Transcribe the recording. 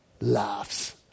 laughs